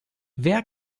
wer